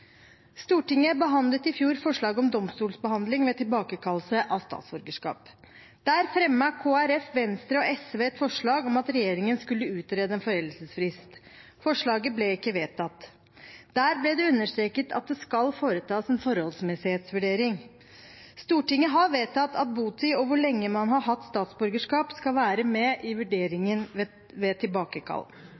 Stortinget behandlet i fjor forslag om domstolsbehandling ved tilbakekallelse av statsborgerskap. Kristelig Folkeparti, Venstre og SV fremmet et forslag om at regjeringen skulle utrede en foreldelsesfrist. Forslaget ble ikke vedtatt. Der ble det understreket at det skal foretas en forholdsmessighetsvurdering. Stortinget har vedtatt at botid og hvor lenge man har hatt statsborgerskap, skal være med i vurderingen ved tilbakekall.